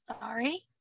Sorry